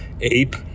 ape